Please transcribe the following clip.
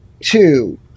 two